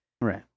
Right